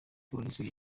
polisi